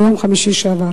ביום חמישי שעבר.